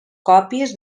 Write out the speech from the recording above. còpies